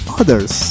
others